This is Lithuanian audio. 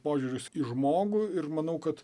požiūris į žmogų ir manau kad